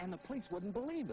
and the police wouldn't believe